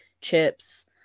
chips